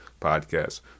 podcast